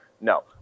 No